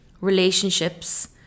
relationships